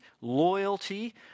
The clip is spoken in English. loyalty